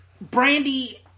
Brandy